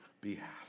behalf